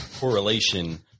correlation